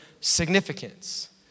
significance